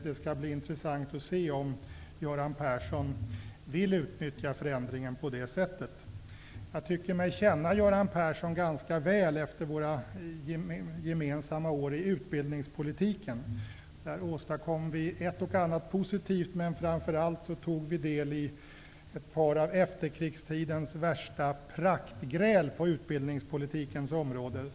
Det skall bli intressant att se om Göran Persson vill utnyttja förändringen på det sättet. Jag tycker mig känna Göran Persson ganska väl efter våra gemensamma år i utbildningspolitiken. Där åstadkom vi ett och annat positivt, men framför allt tog vi del i ett par av efterkrigstidens värsta praktgräl på utbildningspolitikens område.